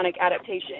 adaptation